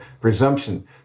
presumption